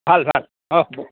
ভাল ভাল অঁ